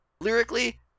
lyrically